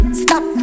stop